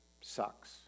sucks